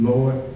Lord